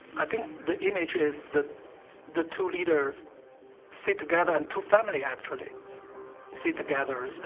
i think the image is that the two leaders sit together, and two family actually sit together.